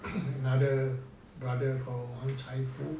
another brother call wang cai fu